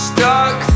Stuck